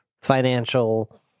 financial